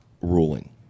ruling